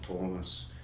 Thomas